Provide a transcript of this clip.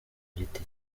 giti